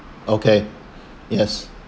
okay yes